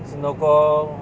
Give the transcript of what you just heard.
senoko